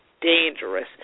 dangerous